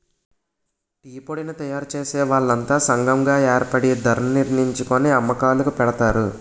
టీపొడిని తయారుచేసే వాళ్లంతా సంగం గాయేర్పడి ధరణిర్ణించుకొని అమ్మకాలుకి పెడతారు